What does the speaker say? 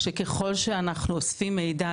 שככל שאנחנו אוספים מידע,